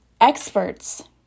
Experts